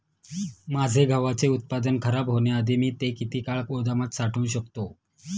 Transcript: माझे गव्हाचे उत्पादन खराब होण्याआधी मी ते किती काळ गोदामात साठवू शकतो?